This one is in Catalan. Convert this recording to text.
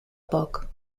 poc